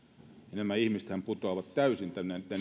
nämä ihmisethän putoavat täysin